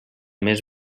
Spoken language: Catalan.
més